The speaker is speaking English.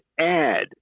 add